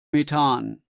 methan